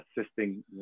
assisting